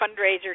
fundraiser